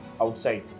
outside